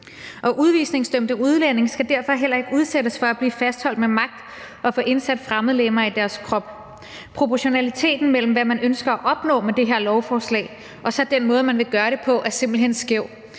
Udvisningsdømte udlændinge skal derfor heller ikke udsættes for at blive fastholdt med magt og få indført fremmedlegemer i deres krop. Proportionaliteten mellem, hvad man ønsker at opnå med det her lovforslag, og så den måde, man vil gøre det på, er simpelt hen skæv.